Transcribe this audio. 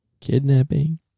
Kidnapping